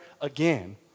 again